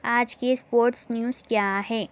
آج کی sports news کیا ہے